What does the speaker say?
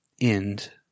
End